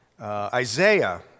Isaiah